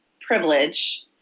privilege